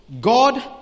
God